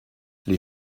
les